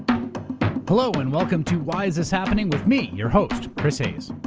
hello and welcome to why is this happening? with me, your host, chris hayes.